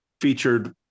featured